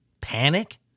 Panic